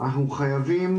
אנחנו חייבים